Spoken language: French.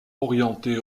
orientée